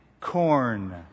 corn